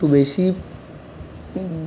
একটু বেশি